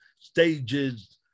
stages